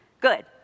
Good